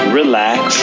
relax